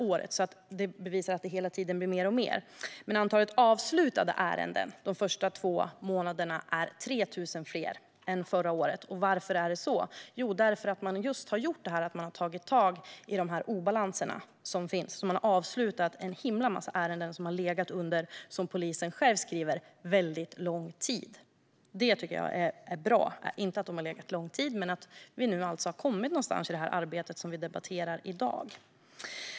Det visar att det hela tiden blir fler och fler. Men antalet avslutade ärenden under de första två månaderna är 3 000 fler än förra året. Varför är det så? Jo, därför att man har tagit tag i de obalanser som finns, och man har avslutat en mängd olika ärenden som har legat under väldigt lång tid, som polisen själv skriver. Jag tycker att det är bra att vi nu har kommit någonstans i detta arbete som vi debatterar i dag.